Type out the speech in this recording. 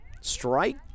Strike